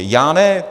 Já ne.